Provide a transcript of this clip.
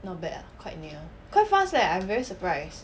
not bad ah quite near quite fast leh I very surprise